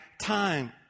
time